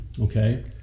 okay